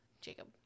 Jacob